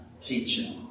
Teaching